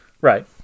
Right